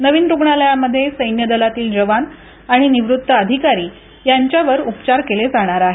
नवीन रुग्णालयामध्ये सैन्य दलातील जवान आणि निवृत्त अधिकारी यांच्यावर उपचार केले जाणार आहेत